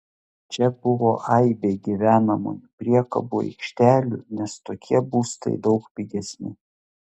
čia buvo aibė gyvenamųjų priekabų aikštelių nes tokie būstai daug pigesni